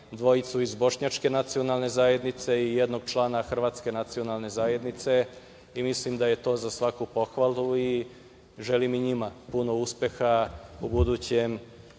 dvojicu iz bošnjačke nacionalne zajednice i jednog člana hrvatske nacionalne zajednice i mislim da je to za svaku pohvalu i želim i njima puno uspeha u budućem